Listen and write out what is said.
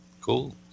Cool